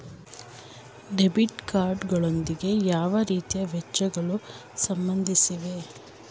Debit card ಗಳೊಂದಿಗೆ ಯಾವ ರೀತಿಯ ವೆಚ್ಚಗಳು ಸಂಬಂಧಿಸಿವೆ?